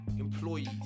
employees